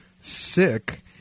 sick